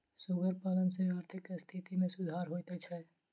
सुगर पालन सॅ आर्थिक स्थिति मे सुधार होइत छै